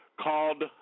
called